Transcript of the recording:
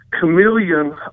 chameleon